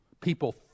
people